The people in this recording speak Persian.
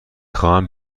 خواهم